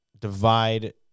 divide